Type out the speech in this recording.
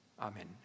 Amen